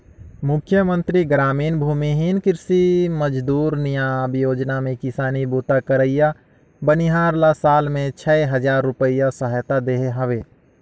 मुख्यमंतरी गरामीन भूमिहीन कृषि मजदूर नियाव योजना में किसानी बूता करइया बनिहार ल साल में छै हजार रूपिया सहायता देहे हवे